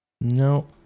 No